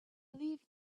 leave